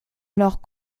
alors